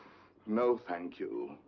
no, thank you.